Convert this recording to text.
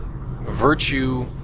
virtue